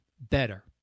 better